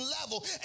level